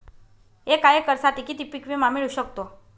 एका एकरसाठी किती पीक विमा मिळू शकतो?